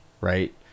right